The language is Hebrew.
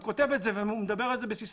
הוא כותב על זה ומדבר על זה בסיסמאות